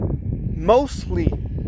mostly